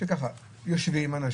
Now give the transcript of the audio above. שיושבים אנשים,